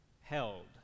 held